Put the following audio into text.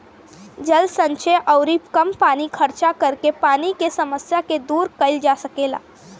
जल संचय अउरी कम पानी खर्चा करके पानी के समस्या के दूर कईल जा सकेला